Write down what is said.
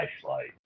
flashlight